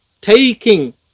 taking